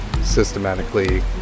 systematically